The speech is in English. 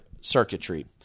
circuitry